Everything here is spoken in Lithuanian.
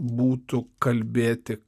būtų kalbėti